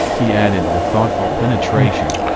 he added with thoughtful penetration,